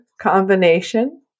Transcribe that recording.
combination